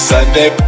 Sunday